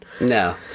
No